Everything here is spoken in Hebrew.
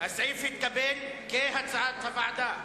הסעיף התקבל, כהצעת הוועדה.